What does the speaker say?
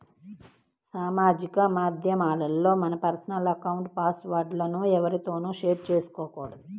సామాజిక మాధ్యమాల్లో మన పర్సనల్ అకౌంట్ల పాస్ వర్డ్ లను ఎవ్వరితోనూ షేర్ చేసుకోకూడదు